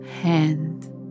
hand